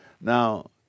Now